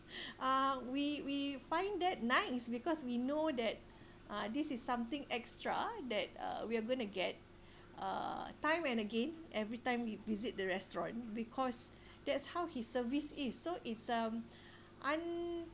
uh we we find that nice because we know that uh this is something extra that uh we are going to get uh time and again every time we visit the restaurant because that's how his service is so it's uh un~